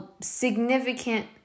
significant